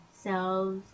selves